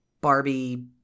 barbie